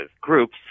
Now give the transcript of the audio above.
groups